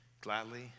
gladly